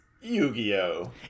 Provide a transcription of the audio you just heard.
Yu-Gi-Oh